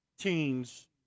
teens